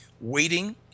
waiting